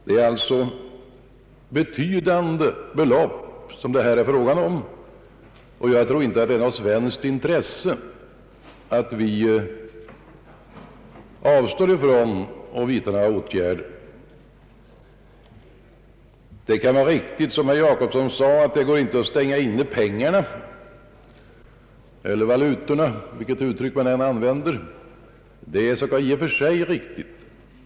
Det är alltså betydande belopp som det här är fråga om, och det kan inte vara något svenskt intresse att avstå från att vidta åtgärder. Det kan vara riktigt som herr Gösta Jacobsson sade att man inte kan stänga in pengarna eller valutorna, vilket uttryck man använder.